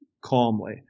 calmly